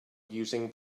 using